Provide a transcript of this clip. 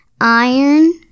Iron